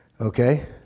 Okay